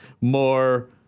more